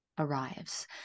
arrives